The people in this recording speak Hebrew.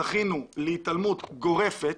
זכינו להתעלמות גורפת